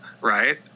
right